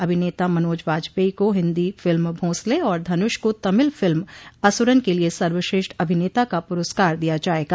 अभिनेता मनोज वाजपेयी को हिन्दी फिल्म भोंसले और धनुष को तमिल फिल्म असुरन के लिए सर्वश्रेष्ठ अभिनेता का पुरस्कार दिया जायेगा